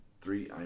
Three